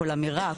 כל אמירה,